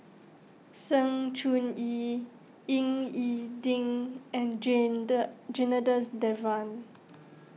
Sng Choon Yee Ying E Ding and Janadas Devan